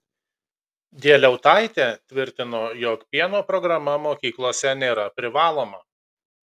dieliautaitė tvirtino jog pieno programa mokyklose nėra privaloma